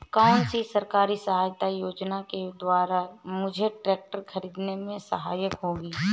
कौनसी सरकारी सहायता योजना के द्वारा मुझे ट्रैक्टर खरीदने में सहायक होगी?